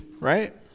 right